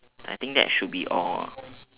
I think that should be all lah